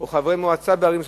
או חברי מועצה בערים שונות,